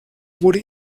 wurde